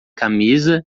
camisa